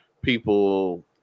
people